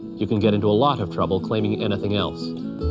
you can get in to a lot of trouble claiming anything else.